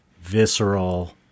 visceral